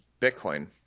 Bitcoin